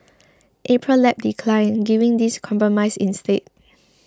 Apron Lab declined giving this compromise instead